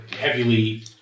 heavily